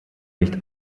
nicht